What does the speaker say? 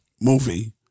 movie